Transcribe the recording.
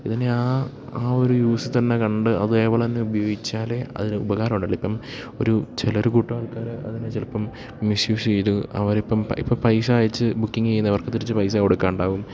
ഇതിനെ ആ ആ ഒരു യൂസില് തന്നെ കണ്ട് അതേപോലെ തന്നെ ഉപയോഗിച്ചാലെ അതിന് ഉപകാരമുള്ളൂ അല്ലെങ്കില് ഇപ്പം ഒരു ചിലര് ഒരു കൂട്ടം ആൾക്കാര് അതിനെ ചിലപ്പം മിസ്യൂസ് ചെയ്ത് അവരിപ്പം ഇപ്പം ഇപ്പം പൈസ അയച്ച് ബുക്കിങ് ചെയ്യുന്നവർക്ക് തിരിച്ച് പൈസ കൊടുക്കാതെയാകും